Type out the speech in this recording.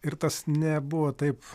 ir tas nebuvo taip